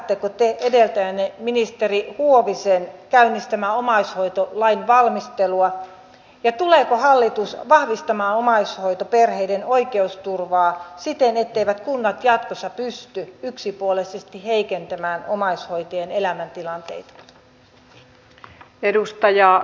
jatkatteko te edeltäjänne ministeri huovisen käynnistämää omaishoitolain valmistelua ja tuleeko hallitus vahvistamaan omaishoitoperheiden oikeusturvaa siten etteivät kunnat jatkossa pysty yksipuolisesti heikentämään omaishoitajien elämäntilanteita